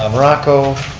ah morocco,